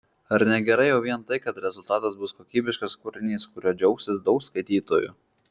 ar ne gerai jau vien tai kad rezultatas bus kokybiškas kūrinys kuriuo džiaugsis daug skaitytojų